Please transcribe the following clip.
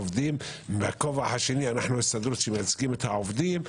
ובכובע השני אנו ההסתדרות שמייצגים את העובדים,